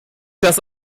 das